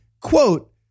quote